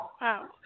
Wow